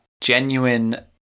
genuine